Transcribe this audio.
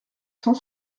cent